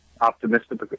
optimistic